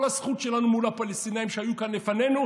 כל הזכות שלנו מול הפלסטינים שהיו כאן לפנינו,